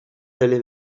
delle